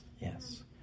Yes